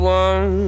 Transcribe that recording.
one